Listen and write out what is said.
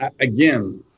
Again